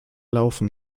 laufen